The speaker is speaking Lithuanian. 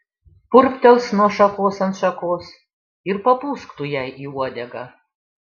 purptels nuo šakos ant šakos ir papūsk tu jai į uodegą